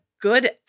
good